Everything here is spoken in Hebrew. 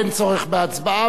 אין צורך בהצבעה,